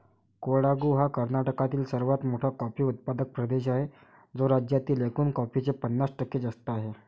कोडागु हा कर्नाटकातील सर्वात मोठा कॉफी उत्पादक प्रदेश आहे, जो राज्यातील एकूण कॉफीचे पन्नास टक्के जास्त आहे